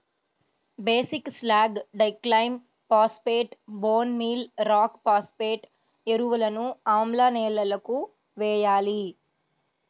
basic slag, డిక్లైమ్ phosphate, bone meal rock phosphate ఎరువులను ఆమ్ల నేలలకు వేయాలి